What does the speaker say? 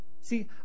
See